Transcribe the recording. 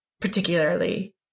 particularly